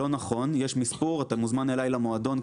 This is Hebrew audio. לא נכון, יש מספור, אתה מוזמן אליי למועדון.